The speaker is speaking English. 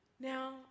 Now